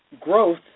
growth